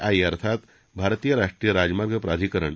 आई अर्थात भारतीय राष्ट्रीय राजमार्ग प्राधिकरण आणि एन